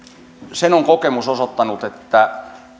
sen on kokemus osoittanut että